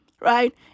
right